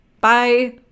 bye-